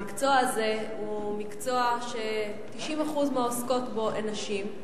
המקצוע הזה הוא מקצוע ש-90% מהעוסקים בו הם נשים.